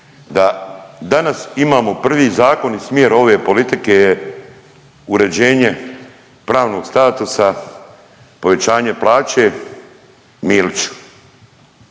da danas imamo prvi zakon i smjer ove politike je uređenje pravnog statusa, povećanje plaće Miliću?